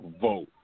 vote